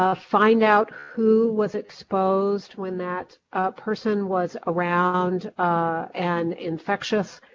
ah find out who was exposed when that person was around and infectious,